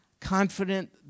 confident